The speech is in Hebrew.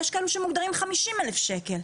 ויש כאלה שמוגדרים 50,000 שקל.